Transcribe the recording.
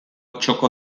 txoko